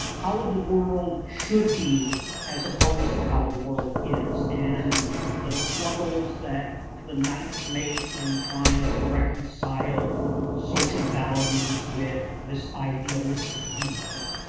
how the world should be as opposed to how the world is, and the struggles that the knights make in trying to reconcile social values with this idealistic viewpoint.